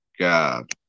god